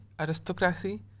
aristocracy